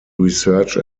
research